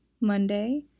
monday